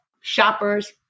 shoppers